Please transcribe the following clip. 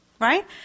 right